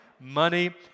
money